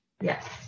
Yes